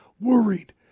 worried